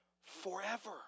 forever